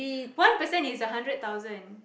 one percent is a hundred thousand